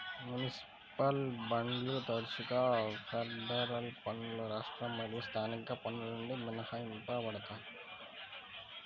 municipal బాండ్లు తరచుగా federal పన్నులు రాష్ట్ర మరియు స్థానిక పన్నుల నుండి మినహాయించబడతాయి